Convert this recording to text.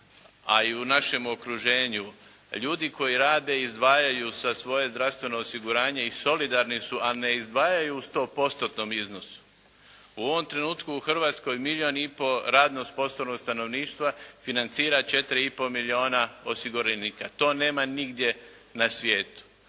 a i u našem okruženju, ljudi koji rade izdvajaju za svoje zdravstveno osiguranje i solidarni su, a ne izdvajaju u 100%-tnom iznosu. U ovom trenutku u Hrvatskoj, milijun i pol radno uz …/Govornik se ne razumije./… financira 4,5 milijuna osiguranika. To nema nigdje na svijetu.